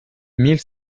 mille